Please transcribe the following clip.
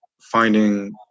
finding